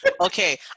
okay